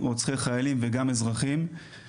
רוצחי חיילים וגם אזרחים,